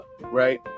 Right